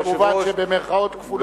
מובן שבמירכאות כפולות ומכופלות.